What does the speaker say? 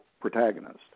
protagonist